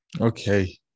Okay